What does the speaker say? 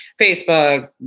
Facebook